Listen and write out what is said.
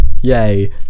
Yay